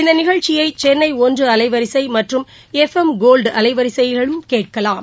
இந்த நிகழ்ச்சியை சென்னை ஒன்று அலைவரிசை மற்றும் எஃப் எம் கோல்டு அலைவரிசைகளில் கேட்கலாம்